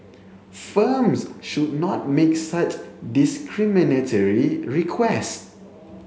firms should not make such discriminatory request